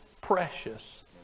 precious